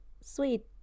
sweet